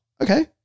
okay